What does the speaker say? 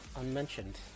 unmentioned